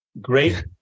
great